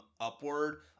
upward